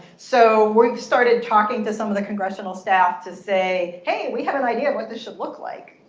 so we started talking to some of the congressional staff to say, hey, we have an idea of what this should look like.